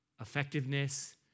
effectiveness